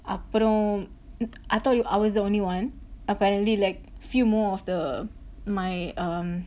அப்பறம்:apparam I told you I was the only one apparently like few more of the my um